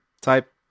type